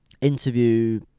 interview